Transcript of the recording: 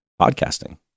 podcasting